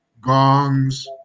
gongs